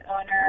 owner